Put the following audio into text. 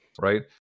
right